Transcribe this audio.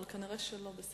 אבל נראה שלא.